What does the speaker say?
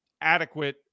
adequate